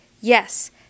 yes